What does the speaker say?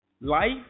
Life